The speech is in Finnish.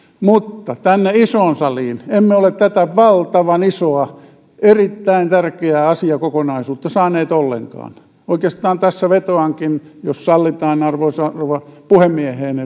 mutta tänne isoon saliin emme ole tätä valtavan isoa erittäin tärkeää asiakokonaisuutta saaneet ollenkaan oikeastaan tässä vetoankin jos sallitaan arvoisaan rouva puhemieheen